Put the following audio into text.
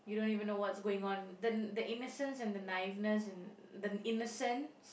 you don't even know what's going on the the innocence and the naiveness and the innocence